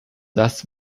das